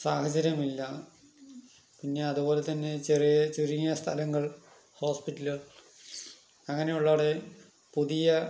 സാഹചര്യമില്ല പിന്നെ അതുപോലെ തന്നെ ചെറിയ ചുരുങ്ങിയ സ്ഥലങ്ങൾ ഹോസ്പിറ്റല് അങ്ങനെയുള്ളവിടെ പുതിയ